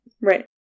Right